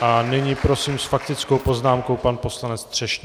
A nyní prosím s faktickou poznámkou pan poslanec Třešňák.